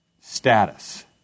status